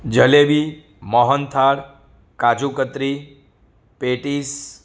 jalebi mohanthal kaju katri patties